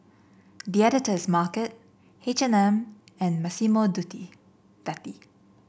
The Editor's Market H and M and Massimo Dutti